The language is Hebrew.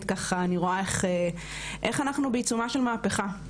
ככה אני רואה איך אנחנו בעיצומה של מהפכה.